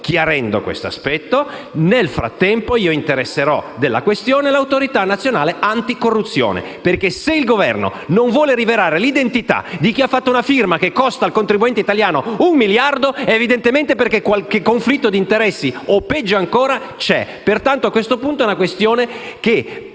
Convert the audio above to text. chiarendo questo aspetto. Nel frattempo io interesserò della questione l'Autorità nazionale anticorruzione, perché se il Governo non vuole rivelare l'identità di chi ha redatto una firma che costa un miliardo al contribuente italiano, evidentemente è perché c'è qualche conflitto d'interessi o peggio ancora. Pertanto a questo punto è una questione che